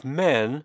men